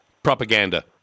Propaganda